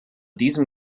diesem